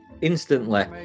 instantly